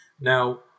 Now